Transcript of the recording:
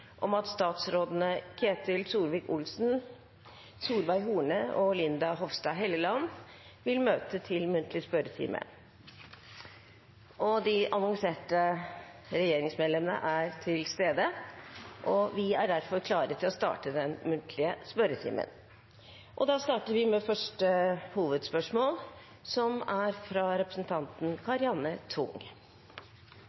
om at statsrådene Ketil Solvik-Olsen, Solveig Horne og Linda C. Hofstad Helleland vil møte til muntlig spørretime. De annonserte regjeringsmedlemmene er til stede, og vi er klare til å starte den muntlige spørretimen. Vi starter da med første hovedspørsmål, fra representanten